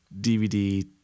DVD